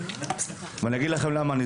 ואני אגיד לכם למה.